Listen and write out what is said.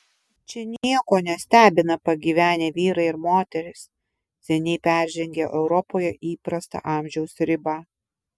čia nieko nestebina pagyvenę vyrai ir moterys seniai peržengę europoje įprastą amžiaus ribą